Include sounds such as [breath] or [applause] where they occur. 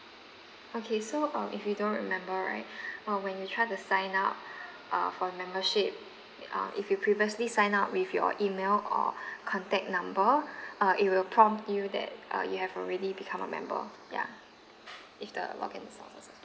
okay so uh if you don't remember right [breath] uh when you try to sign up [breath] uh for the membership it um if you previously signed up with your email or [breath] contact number [breath] uh it'll prompt you that uh you have already become a member ya if the can you stop first ah